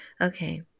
okay